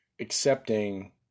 accepting